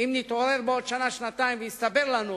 אם נתעורר בעוד שנה או שנתיים ויסתבר לנו